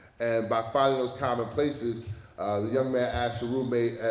by finding those common places the young man asked a roommate,